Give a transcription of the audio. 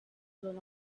blown